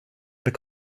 mit